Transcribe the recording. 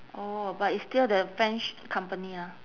oh but it's still the french company lah